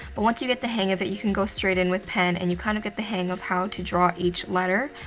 but once you get the hang of it, you can go straight in with pen, and you kind of get the hang of how to draw each letter.